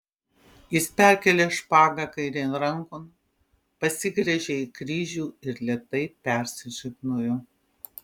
jis perkėlė špagą kairėn rankon pasigręžė į kryžių ir lėtai persižegnojo